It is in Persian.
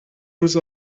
روز